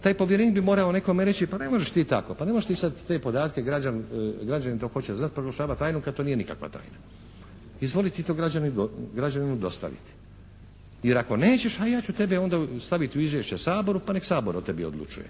Taj povjerenik bi nekome morao reći pa ne možeš ti tako, pa ne možeš ti sada te podatke, građanin to hoće znati, proglašavati tajnom kad to nije nikakva tajna. Izvoli ti to građaninu dostaviti, jer ako nećeš ja ću tebe onda staviti u izvješće Saboru pa neka Sabor o tebi odlučuje